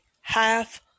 half